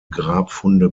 grabfunde